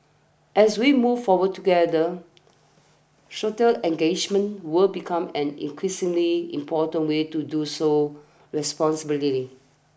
as we move forward together engagement will become an increasingly important way to do so responsibly